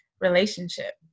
relationship